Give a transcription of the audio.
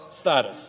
status